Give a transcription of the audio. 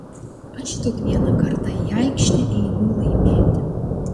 aš kiekvieną kartą į aikštę einu laimėti